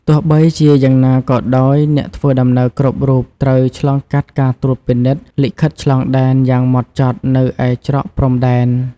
ទោះបីជាយ៉ាងណាក៏ដោយ អ្នកធ្វើដំណើរគ្រប់រូបត្រូវឆ្លងកាត់ការត្រួតពិនិត្យលិខិតឆ្លងដែនយ៉ាងម៉ត់ចត់នៅឯច្រកព្រំដែន។